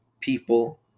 people